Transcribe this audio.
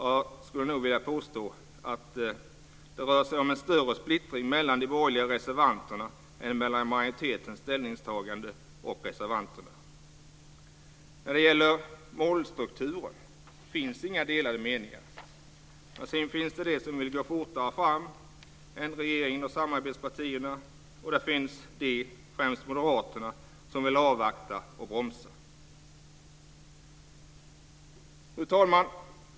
Jag skulle nog vilja påstå att det är en större splittring mellan de borgerliga reservanterna än mellan majoritetens ställningstagande och reservanternas. När det gäller målstrukturen finns inga delade meningar. Sedan finns det de som vill gå fortare fram än regeringen och samarbetspartierna, och de finns de, främst moderaterna, som vill avvakta och bromsa. Fru talman!